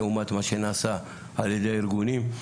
לעומת מה שנעשה על ידי הארגונים.